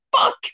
Fuck